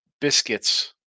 Biscuits